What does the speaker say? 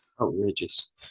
Outrageous